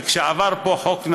ושעבר פה חוק נהרי,